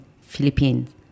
Philippines